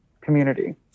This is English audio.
community